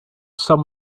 some